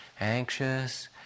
Anxious